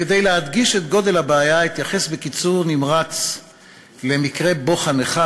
כדי להדגיש את גודל הבעיה אתייחס בקיצור נמרץ למקרה בוחן אחד,